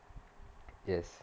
yes